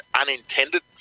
unintended